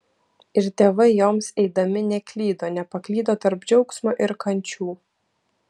ir tėvai joms eidami neklydo nepaklydo tarp džiaugsmo ir kančių